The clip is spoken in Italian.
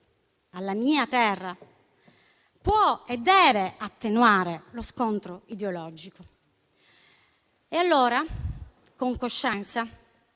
alla mia terra può e deve attenuare lo scontro ideologico. E allora con coscienza,